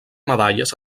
medalles